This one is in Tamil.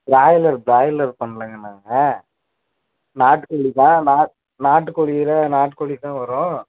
ப்ராயிலர் ப்ராயிலர் பண்ணலைங்க நாங்கள் நாட்டுக்கோழி தான் நாட் நாட்டுக்கோழியில நாட்டுக்கோழி தான் வரும்